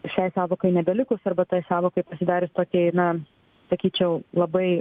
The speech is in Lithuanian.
šiai sąvokai nebelikus arba tai sąvokai pasidarius tokiai na sakyčiau labai